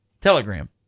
telegram